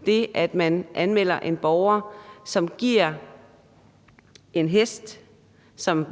(Christian Juhl): Ministeren. Kl. 13:41 Justitsministeren (Mattias Tesfaye):